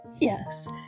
Yes